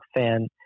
fan